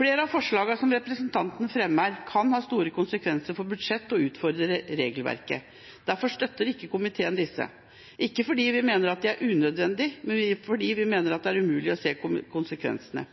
Flere av forslagene som representantene fremmer, kan ha store konsekvenser for budsjett og utfordre regelverket. Derfor støtter ikke komiteen disse – ikke fordi vi mener det er unødvendig, men fordi vi mener det er umulig å se konsekvensene.